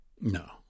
No